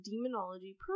demonology